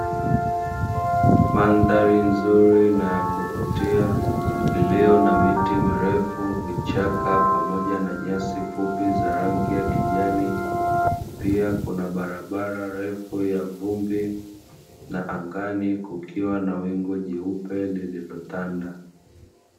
Mandhari nzuri na ya kuvutia iliyo na miti mirefu, vichaka pamoja na nyasi fupi za rangi ya kijani, pia kuna barabara ndefu ya vumbi na angani kukiwa na wingu jeupe lililotanda.